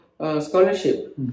scholarship